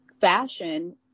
fashion